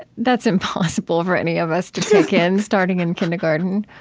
that's impossible for any of us to take in starting in kindergarten